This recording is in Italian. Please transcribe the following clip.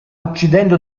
uccidendo